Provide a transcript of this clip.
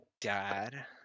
Dad